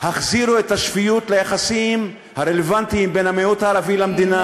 החזירו את השפיות ליחסים הרלוונטיים בין המיעוט הערבי למדינה,